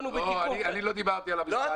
אני לא דיברתי על המחסר.